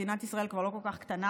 מדינת ישראל כבר לא כל כך קטנה,